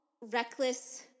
reckless